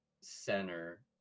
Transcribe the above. center